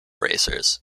racers